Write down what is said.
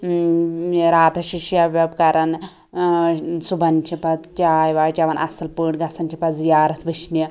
یہِ راتَس چھِ شب ویٚب کران ٲں صُبحَن چھِ پَتہٕ چاے واے چیٚوان اصٕل پٲٹھۍ گَژھان چھِ پَتہٕ زیارت وُچھنہِ